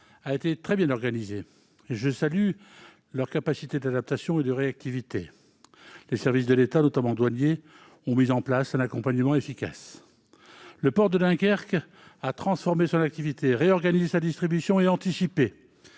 a été très bien organisée. Je salue la capacité d'adaptation et la réactivité dont chacun a su faire preuve. Les services de l'État, notamment douaniers, ont mis en place un accompagnement efficace. Le port de Dunkerque a transformé son activité, réorganisé sa distribution et anticipé